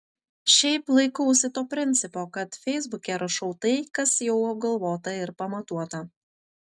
šiaip laikausi to principo kad feisbuke rašau tai kas jau apgalvota ir pamatuota